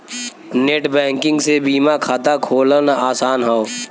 net banking से बीमा खाता खोलना आसान हौ